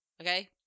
okay